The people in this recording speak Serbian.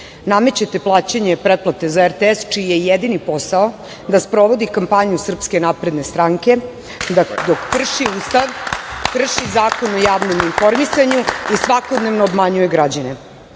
građana. Namećete plaćanje pretplate za RTS, čiji je jedini posao da sprovodi kampanju SNS, da dok krši Ustav, krši Zakon o javnom informisanju i svakako obmanjuje građane.